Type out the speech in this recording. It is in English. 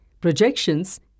projections